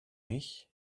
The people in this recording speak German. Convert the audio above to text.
mich